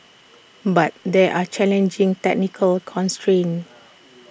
but there are challenging technical constrains